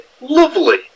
lovely